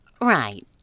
Right